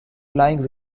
lying